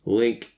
link